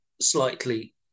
slightly